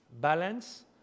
balance